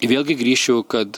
vėlgi grįšiu kad